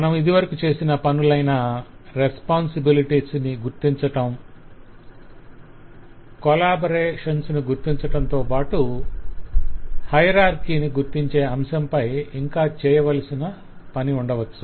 మనం ఇదివరకు చేసిన పనులైన రెస్పొంసిబిలిటీస్ను గుర్తించటం కొలాబొరేటర్స్ ను గుర్తించటంతోపాటు హయరార్కిని గుర్తించే అంశంపై ఇంకా చాలా చేయవలసి ఉండవచ్చు